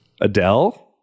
Adele